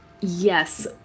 yes